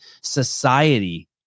society